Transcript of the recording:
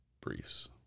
briefs